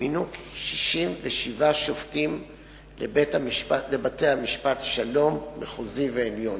מינו 67 שופטים לבתי-משפט שלום, מחוזי ועליון,